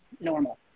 normal